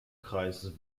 kreis